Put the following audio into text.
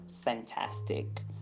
fantastic